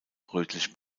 rötlich